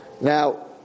Now